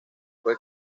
fue